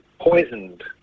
poisoned